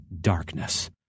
darkness